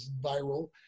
viral